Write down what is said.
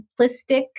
simplistic